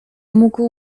mógł